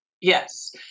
Yes